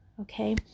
Okay